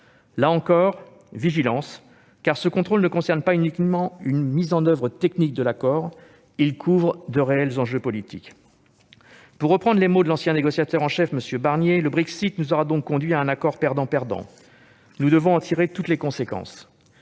à la vigilance, car ce contrôle ne concerne pas uniquement une mise en oeuvre technique de l'accord, il couvre de réels enjeux politiques. Pour reprendre les mots de l'ancien négociateur en chef Michel Barnier, le Brexit nous aura donc conduits à un accord « perdant-perdant ». Nous devons en tirer toutes les conséquences.